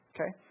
Okay